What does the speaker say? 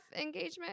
engagement